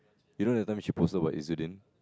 you know that time she posted about